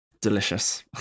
delicious